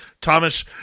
Thomas